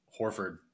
Horford